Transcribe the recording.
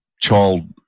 child